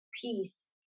peace